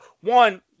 one